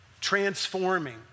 transforming